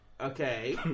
Okay